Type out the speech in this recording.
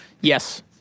yes